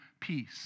peace